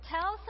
tell